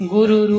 Guru